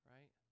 Right